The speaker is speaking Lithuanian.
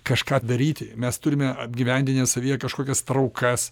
kažką daryti mes turime apgyvendinę savyje kažkokias traukas